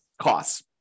costs